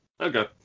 Okay